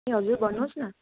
ए हजुर भन्नुहोस् न